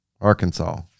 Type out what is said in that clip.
Arkansas